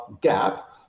gap